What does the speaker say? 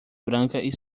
brancas